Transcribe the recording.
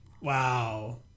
Wow